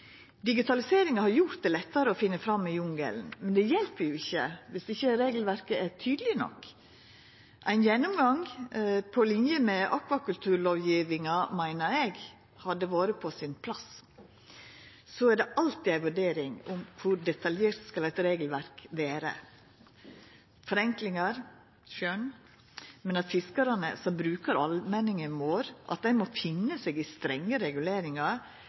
Digitaliseringa har gjort det lettare å finna fram i jungelen, men det hjelper ikkje dersom ikkje regelverket er tydeleg nok. Ein gjennomgang på linje med akvakulturlovgjevinga meiner eg hadde vore på sin plass. Så er det alltid ei vurdering kor detaljert eit regelverk skal vera – forenklingar, skjønn – men at fiskarane, som brukar allmenningen vår, må finna seg i strenge reguleringar,